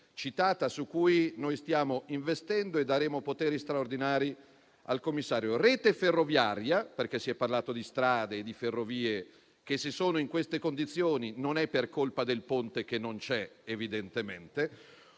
citata, su cui stiamo investendo e daremo poteri straordinari al commissario. Per la rete ferroviaria, visto che si è parlato di strade e ferrovie (se sono in queste condizioni non è per colpa del Ponte che non c'è, evidentemente),